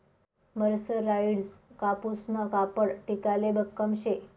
मरसराईजडं कापूसनं कापड टिकाले भक्कम शे